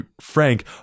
frank